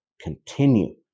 continue